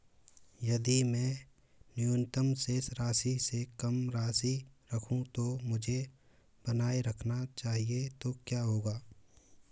यदि मैं न्यूनतम शेष राशि से कम राशि रखूं जो मुझे बनाए रखना चाहिए तो क्या होगा?